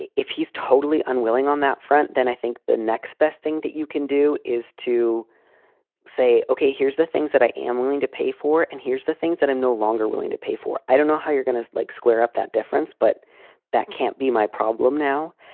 if he's totally unwilling on that front, then i think the next best thing that you can do is to say, ok, here's the things that i am willing to pay for and here's the things that i'm no longer willing to pay for. i don't know how you're going to, like, square up that difference, but that can't be my problem now.